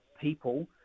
people